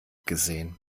gesehen